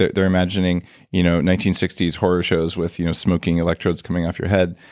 they're they're imagining you know nineteen sixty s horror shows with you know smoking electrodes coming off your head.